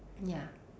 ya